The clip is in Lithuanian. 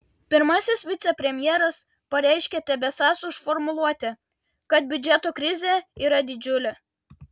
pirmasis vicepremjeras pareiškė tebesąs už formuluotę kad biudžeto krizė yra didžiulė